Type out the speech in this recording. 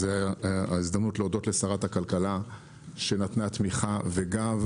זו ההזדמנות להודות לשרת הכלכלה שנתנה תמיכה וגב,